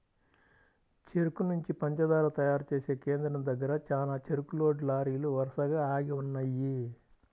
చెరుకు నుంచి పంచదార తయారు చేసే కేంద్రం దగ్గర చానా చెరుకు లోడ్ లారీలు వరసగా ఆగి ఉన్నయ్యి